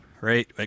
right